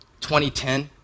2010